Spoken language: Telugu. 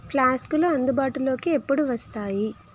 ఫ్లాస్కులు అందుబాటులోకి ఎప్పుడు వస్తాయి